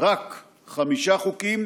חמישה חוקים